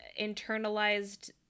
internalized